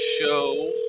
show